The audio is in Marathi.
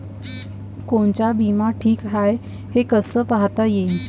कोनचा बिमा ठीक हाय, हे कस पायता येईन?